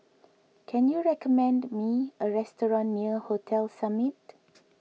can you recommend me a restaurant near Hotel Summit